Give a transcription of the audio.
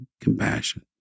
compassion